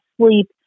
sleep